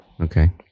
Okay